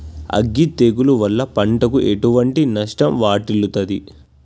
అగ్గి తెగులు వల్ల పంటకు ఎటువంటి నష్టం వాటిల్లుతది?